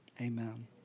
Amen